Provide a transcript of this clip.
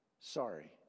Sorry